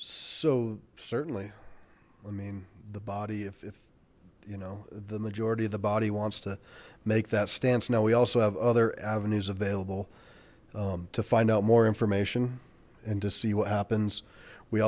so certainly i mean the body if you know the majority of the body wants to make that stance now we also have other avenues available to find out more information and to see what happens we